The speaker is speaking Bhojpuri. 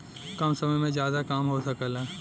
कम समय में जादा काम हो सकला